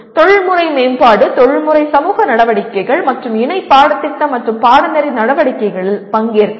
தொழில்முறை மேம்பாடு தொழில்முறை சமூக நடவடிக்கைகள் மற்றும் இணை பாடத்திட்ட மற்றும் பாடநெறி நடவடிக்கைகளில் பங்கேற்கவும்